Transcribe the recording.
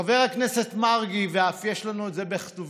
חבר הכנסת מרגי, ואף יש לנו את זה בכתובים,